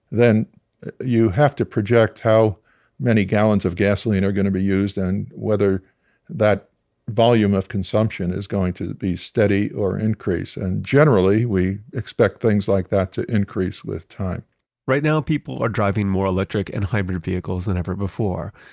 then you have to project how many gallons of gasoline are going to be used and whether that volume of consumption is going to be steady or increase. and generally, we expect things like that to increase with time right now, people are driving more electric and hybrid vehicles than ever before.